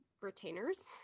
retainers